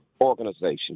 organization